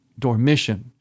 dormition